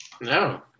No